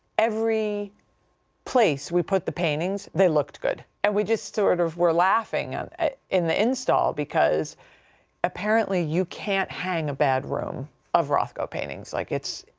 every place we put the paintings, they looked good. and we just sort of we're laughing and in the install because apparently, you can't hang a bad room of rothko paintings, like, it's,